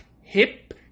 hip